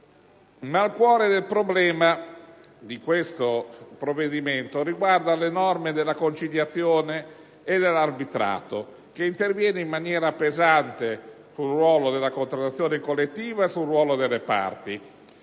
Ma il cuore di questo provvedimento riguarda le norme sulla conciliazione e l'arbitrato, che intervengono in maniera pesante sul ruolo della contrattazione e sul ruolo delle parti.